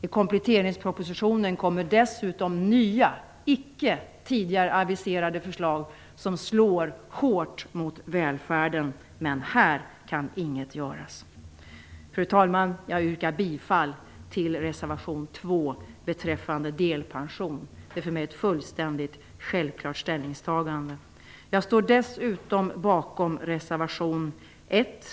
I kompletteringspropositionen kommer dessutom nya icke tidigare aviserade förslag som slår hårt mot välfärden. Men här kan inget göras. Fru talman! Jag yrkar bifall till reservation 2 beträffande delpension. Det är för mig ett fullständigt självklart ställningstagande. Jag står dessutom bakom reservation 1.